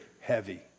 heavy